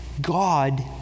God